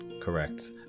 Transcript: Correct